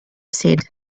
said